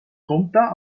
compta